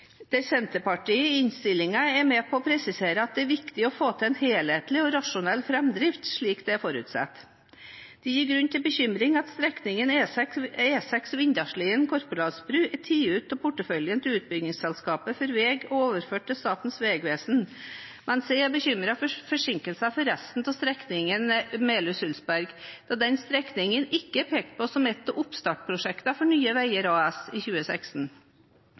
der Senterpartiet i innstillingen er med på å presisere at det er viktig å få til en helhetlig og rasjonell framdrift, slik det er forutsatt. Det gir grunn til bekymring at strekningen E6 Vindåsliene–Korporalsbrua er tatt ut av porteføljen til utbyggingsselskapet for vei og overført tilbake til Statens vegvesen. Jeg er bekymret for forsinkelser for resten av strekningen E6 Melhus–Ulsberg, da denne strekningen ikke er pekt på som ett av oppstartsprosjektene for Nye Veier AS i 2016.